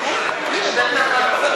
גם אני.